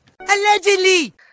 Allegedly